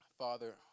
Father